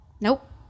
Nope